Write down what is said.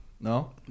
No